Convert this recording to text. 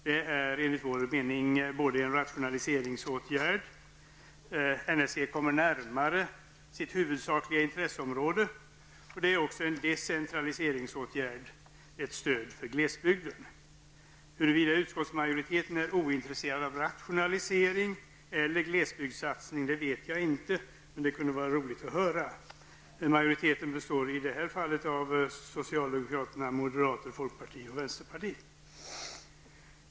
Det är enligt vår mening både en rationaliseringsåtgärd -- NSG kommer närmare sitt huvudsakliga intresseområde -- och en decentraliseringsåtgärd till stöd för glesbygden. Huruvida utskottsmajoriteten är ointresserad av rationalisering eller glesbygdssatsning, vet jag inte, men det kunde vara roligt att få höra. Majoriteten består i detta fall av socialdemokraterna, moderata samlingspartiet, folkpartiet liberalerna och vänterpartiet.